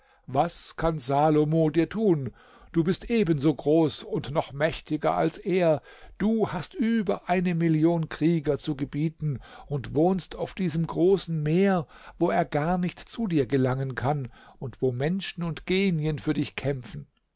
was kann salomo dir tun du bist ebenso groß und noch mächtiger als er du hast über eine million krieger zu gebieten und wohnst auf diesem großen meer wo er gar nicht zu dir gelangen kann und wo menschen und genien für dich kämpfen